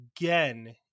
again